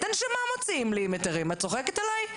את הנשמה מוציאים לי עם היתרים, את צוחקת עלי?